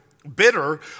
Bitter